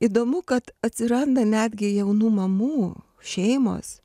įdomu kad atsiranda netgi jaunų mamų šeimos